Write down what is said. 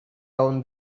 down